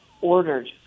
ordered